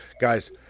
guys